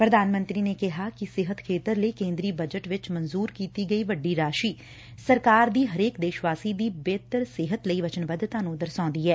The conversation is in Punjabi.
ਪੁਧਾਨ ਮੰਤਰੀ ਨੇ ਕਿਹਾ ਕਿ ਸਿਹਤ ਖੇਤਰ ਲਈ ਕੇਦਰੀ ਬਜਟ ਵਿਚ ਮਨਜੁਰ ਕੀਤੀ ਗਈ ਵੱਡੀ ਰਾਸ਼ੀ ਸਰਕਾਰ ਦੀ ਹਰੇਕ ਦੇਸ਼ਵਾਸੀ ਦੀ ਬਿਹਤਰ ਸਿਹਤ ਲਈ ਵਚਨਬੱਧਤਾ ਨੂੰ ਦਰਸਾਉਦੀ ਐ